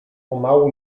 pomału